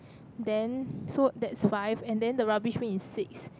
then so there is five and then the rubbish bin is sixth